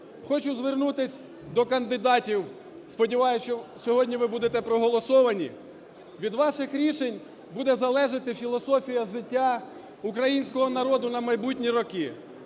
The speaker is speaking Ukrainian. Хочу звернутись до кандидатів, сподіваюсь, що сьогодні ви будете проголосовані. Від ваших рішень буде залежати філософія життя українського народу на майбутні роки.